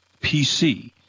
PC